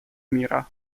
мира